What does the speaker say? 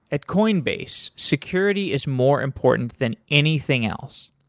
at coinbase, security is more important than anything else.